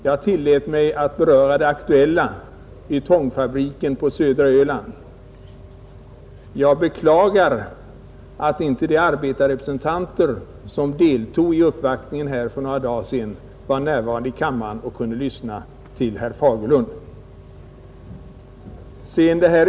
Jag tillät mig beröra den aktuella situationen vid Ytongfabriken på södra Öland och måste uppriktigt beklaga att inte de arbetarrepresentanter som deltog i uppvaktningen här för några dagar sedan var närvarande i kammaren och kunde lyssna till herr Fagerlund.